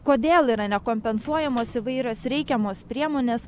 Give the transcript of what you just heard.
kodėl yra nekompensuojamos įvairios reikiamos priemonės